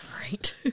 right